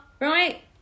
right